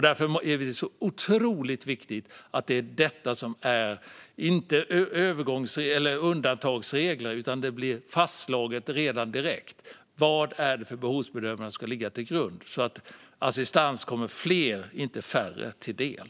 Därför är det otroligt viktigt att detta inte är undantagsregler utan att det slås fast direkt vad det är för behovsbedömningar som ska ligga till grund så att assistans kommer fler och inte färre till del.